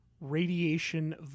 Radiation